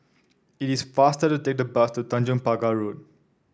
it is faster to take the bus to Tanjong Pagar Road